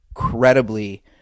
incredibly